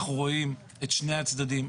אנחנו רואים את שני הצדדים.